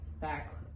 back